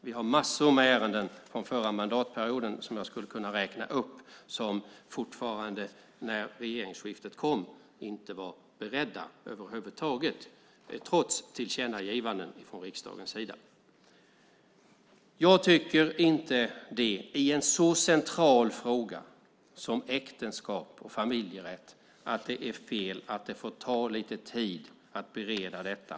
Vi har massor med ärenden från förra mandatperioden som jag skulle kunna räkna upp som fortfarande när regeringsskiftet kom inte var beredda över huvud taget trots tillkännagivanden från riksdagens sida. I en sådan central fråga som äktenskap och familjerätt tycker jag inte att det är fel att det får ta lite tid att bereda detta.